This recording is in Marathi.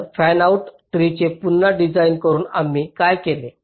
तर फॅनआउट ट्रीचे पुन्हा डिझाइन करून आम्ही काय केले